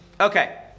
Okay